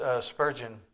Spurgeon